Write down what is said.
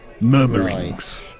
murmurings